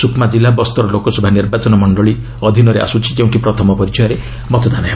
ସୁକ୍ମା ଜିଲ୍ଲ ବସ୍ତର ଲୋକସଭା ନିର୍ବାଚନମଣ୍ଡଳୀ ଅଧୀନରେ ଆସୁଛି ଯେଉଁଠି ପ୍ରଥମ ପର୍ଯ୍ୟାୟରେ ମତଦାନ ହେବ